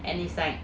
and it's like